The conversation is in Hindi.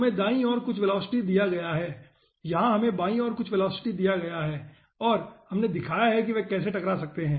हमें दाईं ओर कुछ वेलोसिटी दिया गया है यहाँ हमें बाईं ओर कुछ वेलोसिटी दिया गया हैऔर हमने दिखाया है कि वे कैसे टकरा सकते हैं